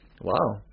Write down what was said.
Wow